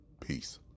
Peace